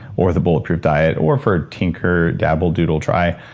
or the bulletproof diet, or for tinker dabble doodle try.